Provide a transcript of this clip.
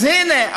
אז הינה,